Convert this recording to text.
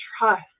trust